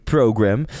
Program